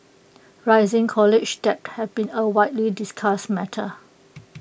rising college debt have been A widely discussed matter